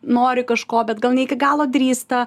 nori kažko bet gal ne iki galo drįsta